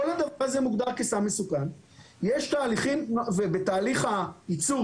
כל הדבר הזה מוגדר כסם מסוכן ובתהליך הייצור